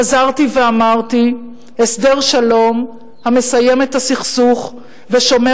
חזרתי ואמרתי: הסדר שלום המסיים את הסכסוך ושומר